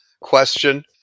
question